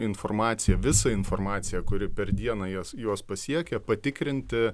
informaciją visą informaciją kuri per dieną jos juos pasiekia patikrinti